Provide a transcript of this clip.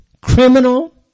criminal